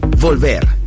Volver